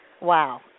Wow